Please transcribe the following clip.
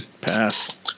pass